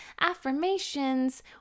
affirmations